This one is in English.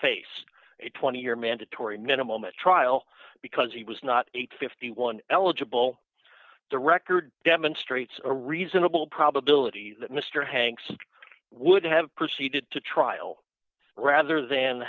face a twenty year mandatory minimum a trial because he was not eight fifty one dollars eligible the record demonstrates a reasonable probability that mr hanks would have proceeded to trial rather than